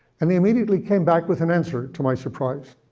and they immediately came back with an answer, to my surprise.